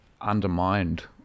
undermined